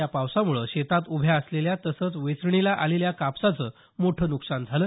या पावसामुळे शेतात उभ्या असलेल्या तसंच वेचणीला आलेल्या कापसाचं मोठं नुकसान झालं